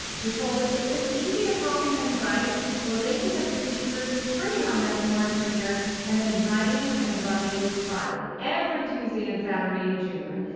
who told us it's as easy as hopping on your bike or lacing up your sneakers, turning on that smart trainer and riding and running with pride, every tuesday and saturday in june,